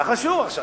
מה חשוב?